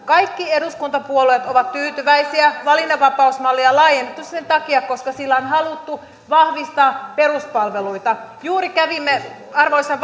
kaikki eduskuntapuolueet ovat tyytyväisiä valinnanvapausmallia on laajennettu sen takia että sillä on haluttu vahvistaa peruspalveluita juuri kävimme arvoisan